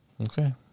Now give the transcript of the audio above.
Okay